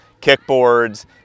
kickboards